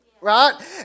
Right